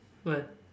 what